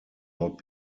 not